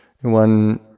one